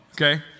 okay